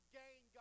gain